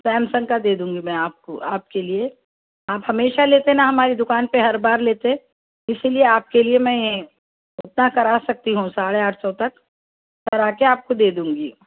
Samsung کا دے دوں گی میں آپ کو آپ کے لیے آپ ہمیشہ لیتے نا ہماری دکان پہ ہر بار لیتے اسی لیے آپ کے لیے میں اتنا کرا سکتی ہوں ساڑھے آٹھ سو تک کرا کے آپ کو دے دوں گی